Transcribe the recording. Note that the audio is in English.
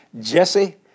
Jesse